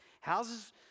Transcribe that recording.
houses